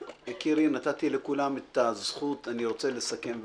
נתתי לכולם את הזכות, אני רוצה לסכם ולומר.